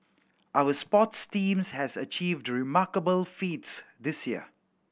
our sports teams have achieved remarkable feats this year